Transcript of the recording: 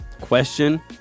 question